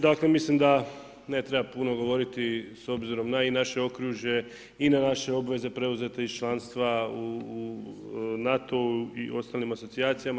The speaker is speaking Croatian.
Dakle mislim da ne treba puno govoriti s obzirom na i naše okružje i na naše obveze preuzete iz članstva u NATO-u i ostalim asocijacijama.